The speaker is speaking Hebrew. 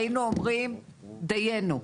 היינו אומרים דיינו,